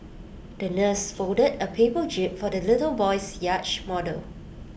the nurse folded A paper jib for the little boy's yacht model